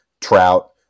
trout